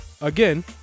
again